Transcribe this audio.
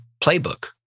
playbook